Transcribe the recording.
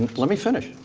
and let me finish,